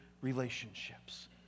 relationships